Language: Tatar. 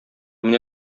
менә